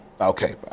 okay